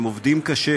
הם עובדים קשה.